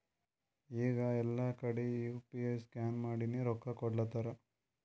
ಈಗ ಎಲ್ಲಾ ಕಡಿ ಯು ಪಿ ಐ ಸ್ಕ್ಯಾನ್ ಮಾಡಿನೇ ರೊಕ್ಕಾ ಕೊಡ್ಲಾತಾರ್